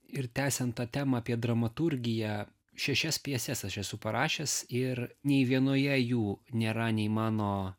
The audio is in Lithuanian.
ir tęsiant tą temą apie dramaturgiją šešias pjeses aš esu parašęs ir nei vienoje jų nėra nei mano